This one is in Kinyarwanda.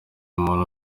muntu